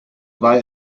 war